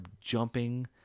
jumping